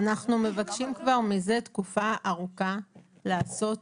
כבר תקופה ארוכה שאנחנו מבקשים לעשות